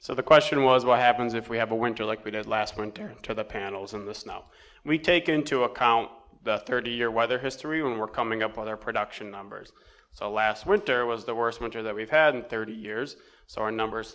so the question was what happens if we have a winter like we did last winter to the panels in the snow we take into account the thirty year weather history when we're coming up with our production numbers so last winter was the worst winter that we've had in thirty years so our numbers